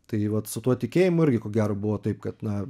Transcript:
tai vat su tuo tikėjimu irgi ko gero buvo taip kad na